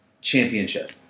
Championship